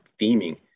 theming